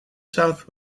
south